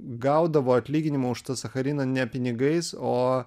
gaudavo atlyginimą už tą sachariną ne pinigais o